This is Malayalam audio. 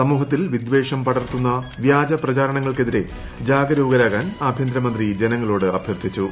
സമൂഹത്തിൽ വിദ്വേഷം പടർത്തുന്ന വ്യാജ പ്രചരണങ്ങൾക്കെതിരെ ജാഗരൂകരാകാൻ ആഭ്യന്തരമന്ത്രി ജനങ്ങളോട് അഭ്യർത്ഥിച്ചു